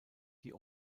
die